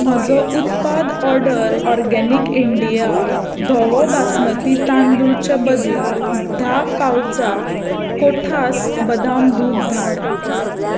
म्हजो उत्पाद order organic India धवो बासमती तांदूळचें बदला धा पावचां कोठास बदाम दूद धाड